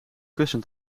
kussen